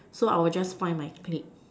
so I will just find my clique